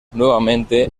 nuevamente